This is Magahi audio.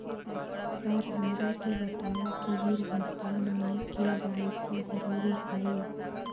सर हमरा के बताओ कि बिल भुगतान में के.वाई.सी जरूरी हाई?